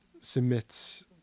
submits